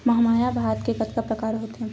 महमाया भात के कतका प्रकार होथे?